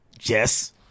Yes